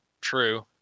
true